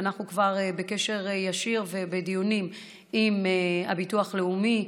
ואנחנו כבר בקשר ישיר ובדיונים עם ביטוח לאומי.